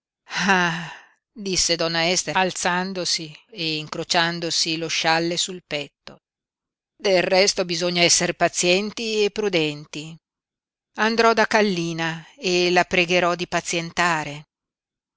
disse donna ester alzandosi e incrociandosi lo scialle sul petto del resto bisogna esser pazienti e prudenti andrò da kallina e la pregherò di pazientare